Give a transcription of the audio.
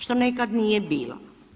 Što nekad nije bila.